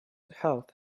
health